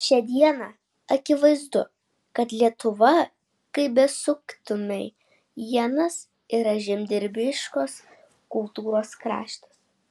šią dieną akivaizdu kad lietuva kaip besuktumei ienas yra žemdirbiškos kultūros kraštas